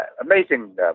amazing